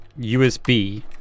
USB